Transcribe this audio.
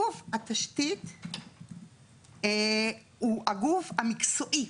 גוף התשתית הוא הגוף המקצועי.